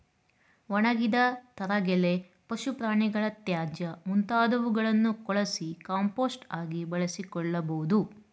ಒಣಗಿದ ತರಗೆಲೆ, ಪಶು ಪ್ರಾಣಿಗಳ ತ್ಯಾಜ್ಯ ಮುಂತಾದವುಗಳನ್ನು ಕೊಳಸಿ ಕಾಂಪೋಸ್ಟ್ ಆಗಿ ಬಳಸಿಕೊಳ್ಳಬೋದು